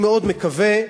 אני מאוד מקווה,